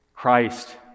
Christ